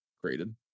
created